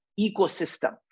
ecosystem